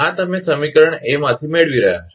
આ તમે સમીકરણ એ માંથી મેળવી રહ્યા છો